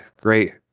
Great